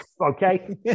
Okay